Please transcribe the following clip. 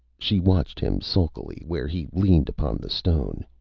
she watched him sulkily where he leaned upon the stone.